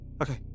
Okay